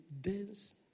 dance